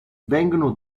vengono